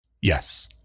yes